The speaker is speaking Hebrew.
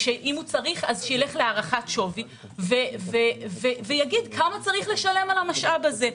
ושאם הוא צריך שילך להערכת שווי ויגיד כמה צריך לשלם על המשאב הזה.